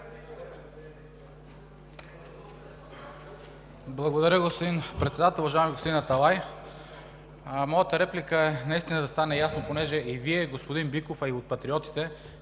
Благодаря, господин Председател. Уважаеми господин Аталай, моята реплика е наистина да стане ясно – понеже и Вие, и господин Биков, а и от Патриотите